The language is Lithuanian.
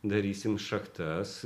darysim šachtas